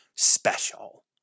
Special